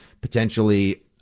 potentially